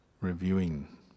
reviewing